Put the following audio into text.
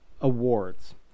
awards